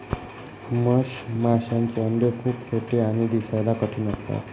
मधमाशांचे अंडे खूप छोटे आणि दिसायला कठीण असतात